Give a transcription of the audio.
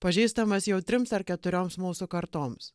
pažįstamas jau trims ar keturioms mūsų kartoms